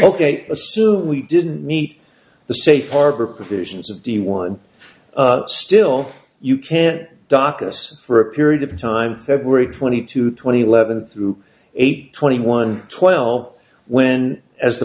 ok we didn't meet the safe harbor provisions of the one still you can't dock us for a period of time february twenty to twenty let them through eight twenty one twelve when as the